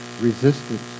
resistance